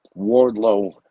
Wardlow